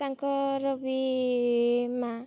ତାଙ୍କର ବି ମାଆ